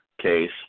case